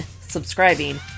subscribing